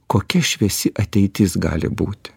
kokia šviesi ateitis gali būti